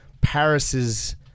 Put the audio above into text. Paris's